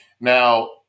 Now